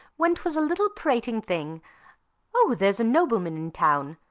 when twas a little prating thing o, there's a nobleman in town,